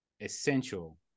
essential